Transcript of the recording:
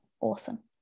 Awesome